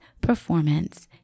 performance